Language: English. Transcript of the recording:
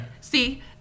See